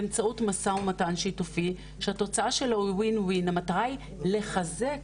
באמצעות משא ומתן שיתופי שהתוצאה שלו WIN-WIN המטרה היא לחזק,